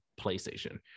playstation